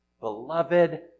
beloved